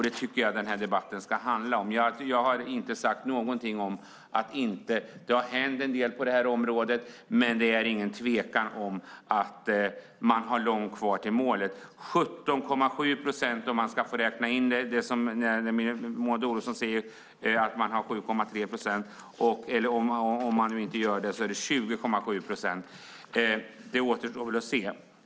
Det tycker jag att denna debatt ska handla om. Jag har inte sagt någonting om att det inte har hänt en del på detta område. Det har det. Men det är ingen tvekan om att man har långt kvar till målet. Det handlar om 17,7 procent om man räknar med att det har skett en minskning med 7,3 procent, som Maud Olofsson säger. Om man inte gör det handlar det om 20,7 procent. Det återstår att se.